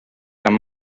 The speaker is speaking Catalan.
amb